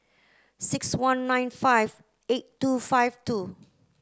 six one nine five eight two five two